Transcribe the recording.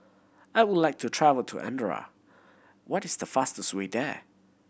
I would like to travel to Andorra what is the fastest way there